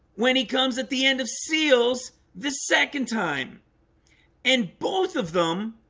when he comes at the end of seals the second time and both of them